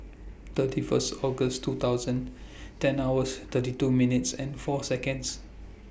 thirty First August two thousand ten hours thirty two minutes and four Seconds